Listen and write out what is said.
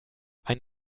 ein